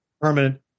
permanent